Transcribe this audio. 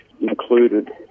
included